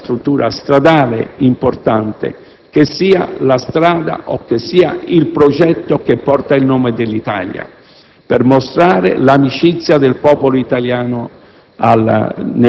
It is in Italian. un'infrastruttura stradale importante - una strada o anche il suo progetto - che porti il nome dell'Italia, per mostrare l'amicizia del popolo italiano